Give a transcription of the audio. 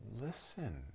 listen